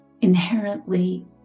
inherently